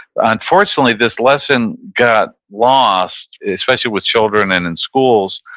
unfortunately, this lesson got lost, especially with children and in schools,